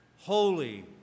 Holy